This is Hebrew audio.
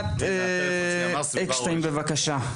שגית, בבקשה.